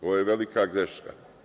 Ovo je velika greška.